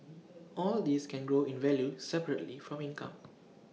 all these can grow in value separately from income